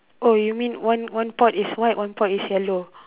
oh you mean one one pot is white one pot is yellow